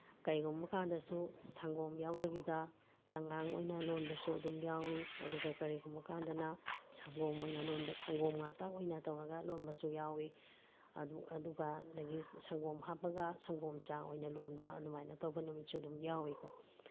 ꯀꯔꯤꯒꯨꯝꯕ ꯀꯥꯟꯗꯁꯨ ꯁꯪꯒꯣꯝ ꯌꯥꯎꯗꯕꯤꯗ ꯆꯉꯥꯡ ꯑꯣꯏꯅ ꯂꯣꯟꯕꯁꯨ ꯑꯗꯨꯝ ꯌꯥꯎꯏ ꯑꯗꯨꯒ ꯀꯔꯤꯒꯨꯝꯕ ꯀꯥꯟꯗꯅ ꯁꯪꯒꯣꯝ ꯑꯣꯏꯅ ꯂꯣꯟꯕ ꯁꯪꯒꯣꯝ ꯉꯥꯛꯇ ꯑꯣꯏꯅ ꯇꯧꯔꯒ ꯂꯣꯟꯕꯁꯨ ꯌꯥꯎꯏ ꯑꯗꯨꯒ ꯑꯗꯨꯗꯒꯤ ꯁꯪꯒꯣꯝ ꯍꯥꯞꯄꯒ ꯁꯪꯒꯣꯝ ꯆꯥ ꯑꯣꯏꯅ ꯂꯣꯟꯕ ꯑꯗꯨꯃꯥꯏꯅ ꯇꯧꯕ ꯅꯨꯃꯤꯠꯁꯨ ꯑꯗꯨꯝ ꯌꯥꯎꯏꯀꯣ